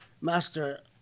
master